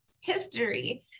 history